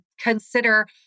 consider